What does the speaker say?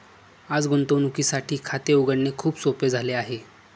आज गुंतवणुकीसाठी खाते उघडणे खूप सोपे झाले आहे